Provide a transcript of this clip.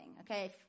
okay